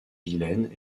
vilaine